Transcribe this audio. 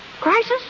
Crisis